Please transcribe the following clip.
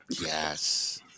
Yes